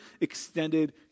extended